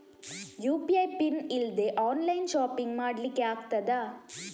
UPI PIN ಇಲ್ದೆ online shopping ಮಾಡ್ಲಿಕ್ಕೆ ಆಗ್ತದಾ?